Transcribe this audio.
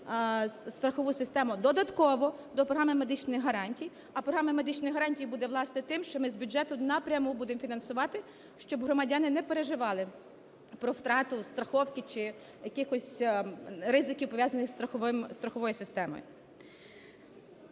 страхову систему додатково до програми медичних гарантій. А програма медичних гарантій буде, власне, тим, що ми з бюджету напряму будемо фінансувати, щоб громадяни не переживали про втрату страховки, чи якихось ризиків, пов'язаних зі страховою системою.